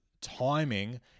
timing